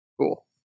Cool